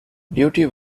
duty